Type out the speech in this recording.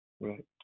right